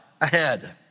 ahead